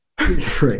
Right